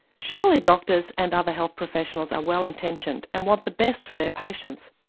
surely doctors and other health professionals are well intentioned and want the best for their patients,